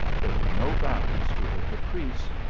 there were no bounds to her caprice,